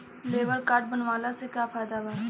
Labour card बनवाला से का फायदा बा?